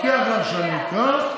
אני מבטיח לך שאני אקרא,